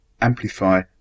amplify